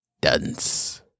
dance